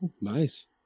Nice